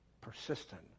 persistent